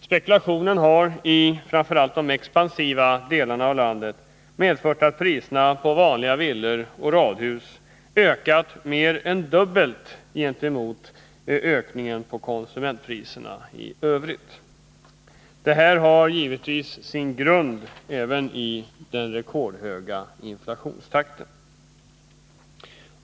Spekulationen har, framför allt i de expansiva delarna av landet, medfört att priserna på vanliga villor och radhus ökat mer än dubbelt jämfört med ökningen på konsumentpriserna i övrigt. Detta har givetvis sin grund även i den rekordhöga inflationstakten.